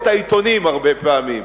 את העיתונים הרבה פעמים.